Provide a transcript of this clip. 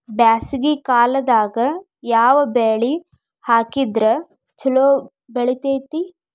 ಬ್ಯಾಸಗಿ ಕಾಲದಾಗ ಯಾವ ಬೆಳಿ ಹಾಕಿದ್ರ ಛಲೋ ಬೆಳಿತೇತಿ?